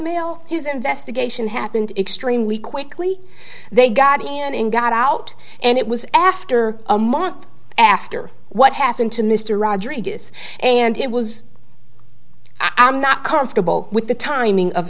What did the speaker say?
male his investigation happened extremely quickly they got a man and got out and it was after a month after what happened to mr rodriguez and it was i am not comfortable with the timing of